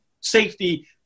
safety